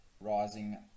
rising